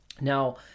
Now